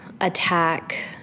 attack